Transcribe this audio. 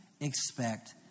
expect